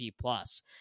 plus